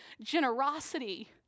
generosity